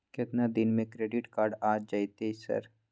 केतना दिन में क्रेडिट कार्ड आ जेतै सर?